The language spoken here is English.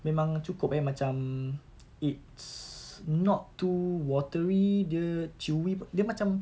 memang cukup eh macam it's not too watery dia chewy dia macam